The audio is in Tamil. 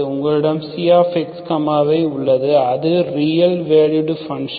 உங்களிடம் xy உள்ளது அது ரியல் வேலுவ்ட் பங்க்ஷன்